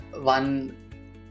one